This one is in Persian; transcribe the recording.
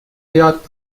یاد